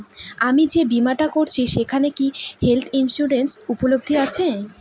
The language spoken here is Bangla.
আমি যে বীমাটা করছি সেইখানে কি হেল্থ ইন্সুরেন্স উপলব্ধ আছে?